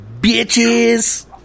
bitches